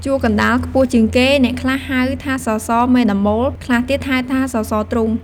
ជួរកណ្តាលខ្ពស់ជាងគេ អ្នកខ្លះហៅ ថាសសរមេដំបូល ខ្លះទៀតហៅថាសសរទ្រូង។